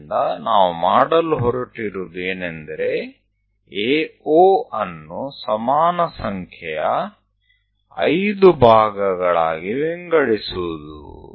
ಆದ್ದರಿಂದ ನಾವು ಮಾಡಲು ಹೊರಟಿರುವುದು ಏನೆಂದರೆ AO ಅನ್ನು ಸಮಾನ ಸಂಖ್ಯೆಯ 5 ಭಾಗಗಳಾಗಿ ವಿಂಗಡಿಸುವುದು